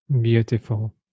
Beautiful